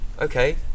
okay